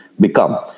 become